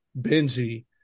Benji